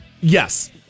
yes